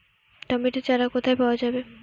Tomato চারা কোথায় পাওয়া যাবে?